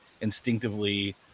instinctively